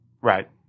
Right